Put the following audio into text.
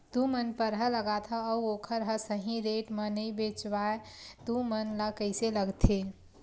तू मन परहा लगाथव अउ ओखर हा सही रेट मा नई बेचवाए तू मन ला कइसे लगथे?